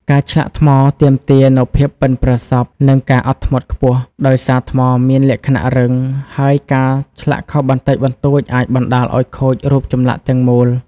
ការឆ្លាក់ថ្មទាមទារនូវភាពប៉ិនប្រសប់ និងការអត់ធ្មត់ខ្ពស់ ដោយសារថ្មមានលក្ខណៈរឹង ហើយការឆ្លាក់ខុសបន្តិចបន្តួចអាចបណ្ដាលឱ្យខូចរូបចម្លាក់ទាំងមូល។